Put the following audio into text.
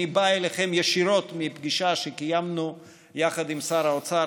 אני בא אליכם ישירות מפגישה שקיימנו יחד עם שר האוצר,